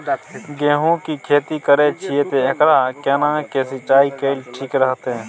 गेहूं की खेती करे छिये ते एकरा केना के सिंचाई कैल ठीक रहते?